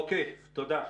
אוקיי, תודה.